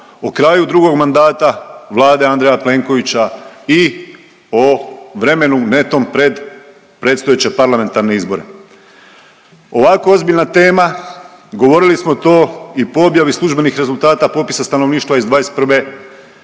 o kraju drugog mandata Vlade Andreja Plenkovića i o vremenu netom pred predstojeće parlamentarne izbore. Ovako ozbiljna tema, govorili smo to i po objavi službenih rezultata popisa stanovništva iz '21.